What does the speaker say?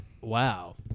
wow